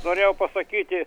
norėjau pasakyti